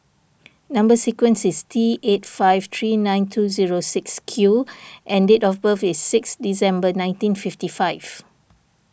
Number Sequence is T eight five three nine two zero six Q and date of birth is six December nineteen fifty five